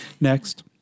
Next